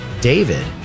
David